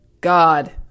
God